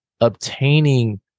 obtaining